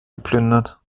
geplündert